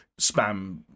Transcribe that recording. spam